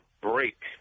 break